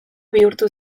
bihurtu